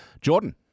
Jordan